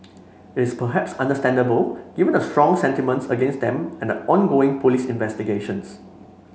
it's perhaps understandable given the strong sentiments against them and ongoing police investigations